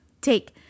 take